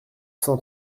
cent